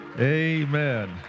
Amen